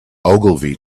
ogilvy